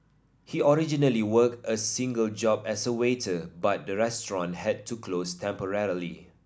he originally work a single job as a waiter but the restaurant had to close temporarily